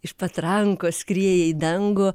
iš patrankos skrieja į dangų